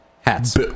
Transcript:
Hats